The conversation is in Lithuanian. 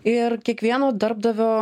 ir kiekvieno darbdavio